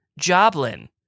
Joblin